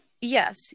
Yes